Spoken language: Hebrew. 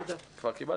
רוצה לומר